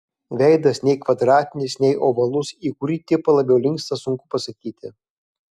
veidas nei kvadratinis nei ovalus į kurį tipą labiau linksta sunku pasakyti